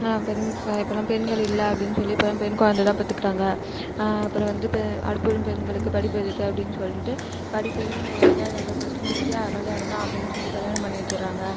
பெண் இப்போல்லாம் பெண்கள் இல்லை அப்படின்னு சொல்லி இப்போல்லாம் பெண் குழந்தை தான் பெற்றுக்குறாங்க அப்புறம் வந்து இப்போ அடுப்பூதும் பெண்களுக்கு படிப்பு எதுக்கு அப்படின்னு சொல்லிட்டு படிப்பையுமே அஞ்சாவது ஆறாவதோடய படித்து முடிச்சுட்டியா கல்யாணம் தான் அப்படின்னு சொல்லி கல்யாணம் பண்ணி வச்சுட்றாங்க